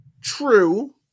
True